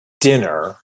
dinner